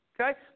Okay